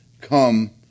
Come